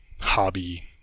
hobby